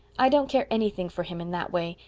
i don't care anything for him in that way,